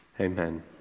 Amen